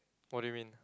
what do you mean